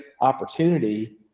opportunity